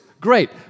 great